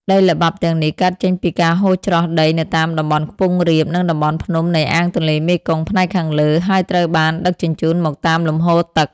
ដីល្បាប់ទាំងនេះកើតចេញពីការហូរច្រោះដីនៅតាមតំបន់ខ្ពង់រាប និងតំបន់ភ្នំនៃអាងទន្លេមេគង្គផ្នែកខាងលើ ហើយត្រូវបានដឹកជញ្ជូនមកតាមលំហូរទឹក។